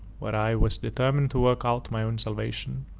but i was determined to work out my own salvation,